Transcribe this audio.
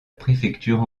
préfecture